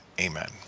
Amen